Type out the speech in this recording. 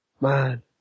Man